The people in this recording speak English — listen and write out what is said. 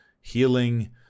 healing